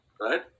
Right